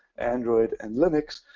android and linux.